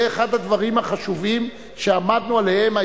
זה אחד הדברים החשובים שעמדנו עליהם.